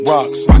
Rocks